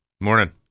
morning